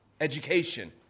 education